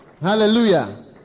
hallelujah